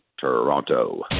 toronto